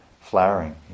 flowering